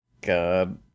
God